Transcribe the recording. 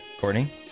Courtney